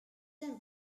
then